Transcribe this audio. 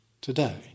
today